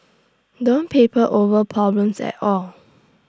don't paper over problems at all